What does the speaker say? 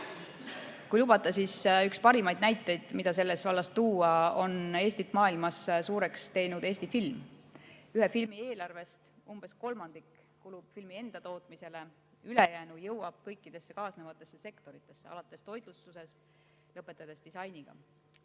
Kui lubate, siis üks parimaid näiteid, mida selles vallas tuua, on Eestit maailmas suureks teinud Eesti film. Ühe filmi eelarvest umbes kolmandik kulub filmi enda tootmisele, ülejäänu jõuab kõikidesse kaasnevatesse sektoritesse, alates toitlustusest ja lõpetades disainiga.